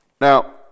Now